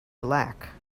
black